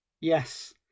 Yes